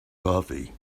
coffee